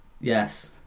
yes